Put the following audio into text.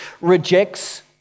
rejects